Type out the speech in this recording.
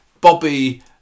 Bobby